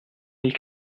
mille